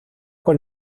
con